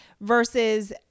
versus